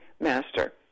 master